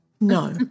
No